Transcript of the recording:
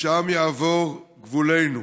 שם יעבור גבולנו".